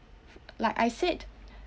like I said